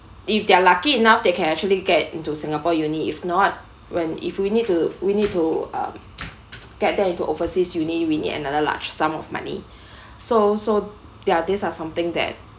if they're lucky enough they can actually get into singapore uni if not when if we need to we need to um get them into overseas uni we need another large sum of money so so there are these are something that